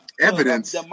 evidence